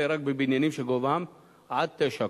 רק בבניינים שגובהם עד תשע קומות.